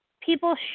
people